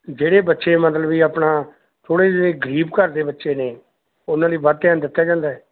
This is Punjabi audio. ਜਿਹੜੇ ਬੱਚੇ ਮਤਲਬ ਵੀ ਆਪਣਾ ਥੋੜ੍ਹੇ ਜਿਹੇ ਗਰੀਬ ਘਰ ਦੇ ਬੱਚੇ ਨੇ ਉਹਨਾਂ ਲਈ ਵੱਧ ਧਿਆਨ ਦਿੱਤਾ ਜਾਂਦਾ